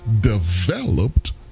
developed